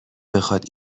بخواد